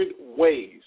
ways